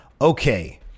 okay